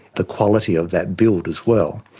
the quality of that build as well.